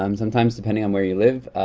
um sometimes, depending on where you live,